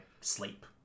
sleep